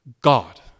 God